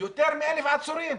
יותר מ-1,000 עצורים,